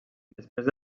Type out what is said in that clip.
després